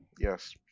yes